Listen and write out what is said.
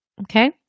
Okay